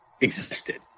existed